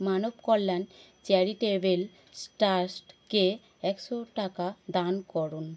মানব Kalyan charitable ট্রাস্টকে একশো টাকা দান করুন